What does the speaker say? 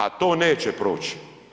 A to neće proći.